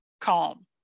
calm